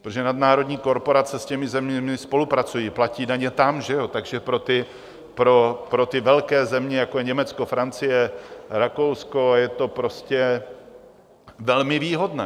Protože nadnárodní korporace s těmi zeměmi spolupracují, platí daně tam, že jo, takže pro ty velké země, jako je Německo, Francie, Rakousko, je to prostě velmi výhodné.